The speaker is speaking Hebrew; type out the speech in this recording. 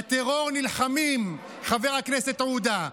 בטרור נלחמים, חבר הכנסת עודה.